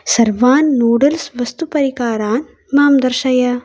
सर्वान् नूड्ल्स् वस्तुपरिकारान् मां दर्शय